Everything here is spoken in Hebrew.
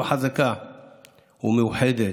חזקה ומאוחדת.